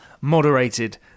moderated